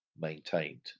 maintained